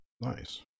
Nice